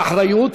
באחריות.